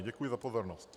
Děkuji za pozornost.